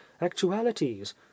actualities